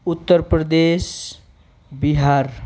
Uttar Pradesh Bihar